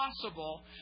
possible